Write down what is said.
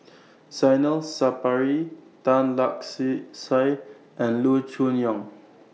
Zainal Sapari Tan Lark See Sye and Loo Choon Yong